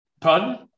Pardon